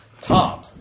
Tom